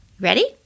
ready